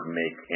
make